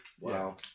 Wow